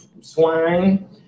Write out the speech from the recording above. SWINE